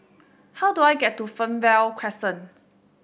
how do I get to Fernvale Crescent